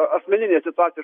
asmeninė situacija